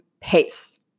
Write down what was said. pace